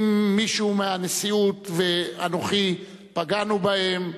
אם מישהו מהנשיאות ואנוכי פגענו בהם,